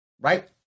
right